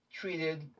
treated